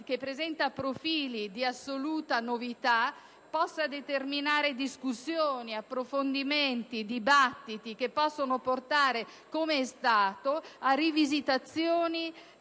che presenta profili di assoluta novità, possa determinare discussioni, approfondimenti, dibattiti che possono portare, come è stato, a rivisitazioni